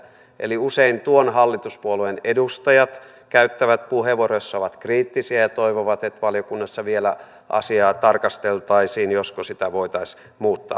eli usein tuon hallituspuolueen edustajat käyttävät puheenvuoroja joissa ovat kriittisiä ja toivovat että valiokunnassa vielä asiaa tarkasteltaisiin josko sitä voitaisiin muuttaa